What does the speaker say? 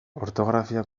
ortografia